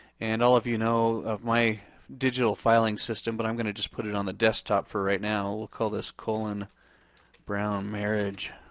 and all of you know of my digital filing system, but i'm gonna just put it on the desktop for right now. we'll call this cullen brown marriage,